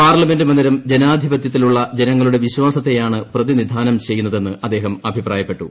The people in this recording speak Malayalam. പാർലമെന്റ് മന്ദിരം ജനാധിപത്യത്തിലൂള്ള ജനങ്ങളുടെ വിശ്വാസത്തെയാണ് പ്രതിനിധാനം ചെയ്യുന്നതെന്ന് അദ്ദേഹം അഭിപ്രായപ്പെട്ടു